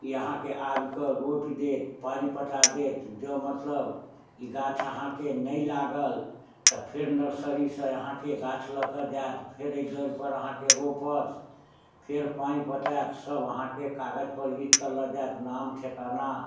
ई अहाँके आबिकऽ रोपि देत पानि पटा देत जँ मतलब ई गाछ अहाँके नहि लागल तऽ फेर नर्सरी सऽ अहाँके गाछ लऽ कऽ जायत फेर एहि दर पर अहाँके रोपत फेर पानि पटायत सब अहाँके कागजपर लिख कऽ लऽ जायत नाम ठेकाना